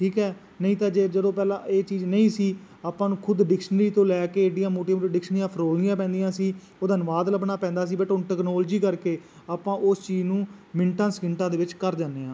ਠੀਕ ਹੈ ਨਹੀਂ ਤਾਂ ਜੇ ਜਦੋਂ ਪਹਿਲਾਂ ਇਹ ਚੀਜ਼ ਨਹੀਂ ਸੀ ਆਪਾਂ ਨੂੰ ਖੁਦ ਡਿਕਸ਼ਨਰੀ ਤੋਂ ਲੈ ਕੇ ਐਡੀਆਂ ਮੋਟੀਆਂ ਮੋਟੀਆਂ ਡਿਕਸ਼ਨੀਆਂ ਫਰੋਲਣੀਆਂ ਪੈਂਦੀਆਂ ਸੀ ਉਹਦਾ ਅਨੁਵਾਦ ਲੱਭਣਾ ਪੈਂਦਾ ਸੀ ਬਟ ਹੁਣ ਟੈਕਨੋਲਜੀ ਕਰਕੇ ਆਪਾਂ ਉਸ ਚੀਜ਼ ਨੂੰ ਮਿੰਟਾਂ ਸਕਿੰਟਾਂ ਦੇ ਵਿੱਚ ਕਰ ਜਾਂਦੇ ਹਾਂ